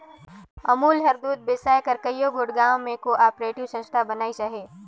अमूल हर दूद बेसाए बर कइयो गोट गाँव में को आपरेटिव संस्था बनाइस अहे